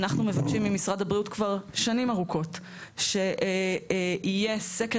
אנחנו מבקשים ממשרד הבריאות כבר שנים ארוכות שיהיה סקר